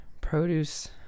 Produce